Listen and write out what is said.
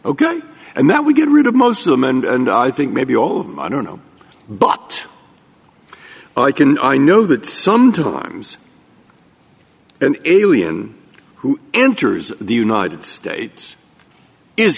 ok and that we get rid of most of them and i think maybe all i don't know but i can i know that sometimes an alien who enters the united states is